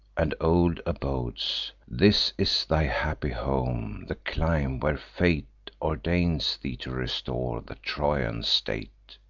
and old abodes this is thy happy home, the clime where fate ordains thee to restore the trojan state.